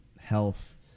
health